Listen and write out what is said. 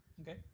Okay